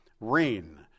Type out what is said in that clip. rain